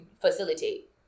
facilitate